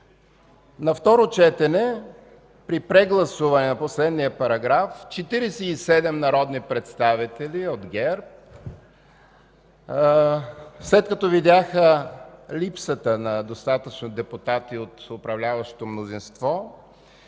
На второ четене при прегласуване на последния параграф 47 народни представители от ГЕРБ, след като видяха липсата на достатъчно депутати от управляващото мнозинство,